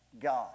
God